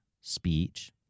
speech